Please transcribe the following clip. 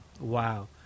Wow